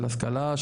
של השכלה,